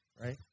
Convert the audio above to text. right